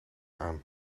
aan